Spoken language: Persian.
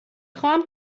خواهم